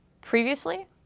Previously